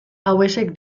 hauexek